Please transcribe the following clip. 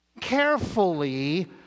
carefully